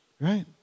Right